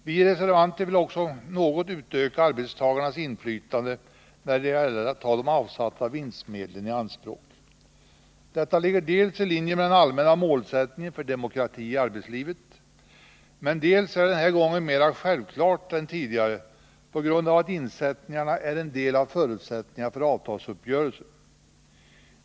Vi reservanter vill också något utöka arbetstagarnas inflytande när det gäller att ta de avsatta vinstmedlen i anspråk. Detta krav ligger i linje med den allmänna målsättningen för demokrati i arbetslivet, men är den här gången mera självklart än tidigare på grund av att insättningarna är en del av förutsättningarna för avtalsuppgörelser.